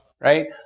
Right